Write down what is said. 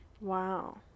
Wow